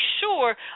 sure